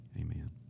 Amen